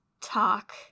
talk